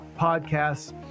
podcasts